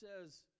says